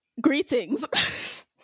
Greetings